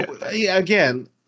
Again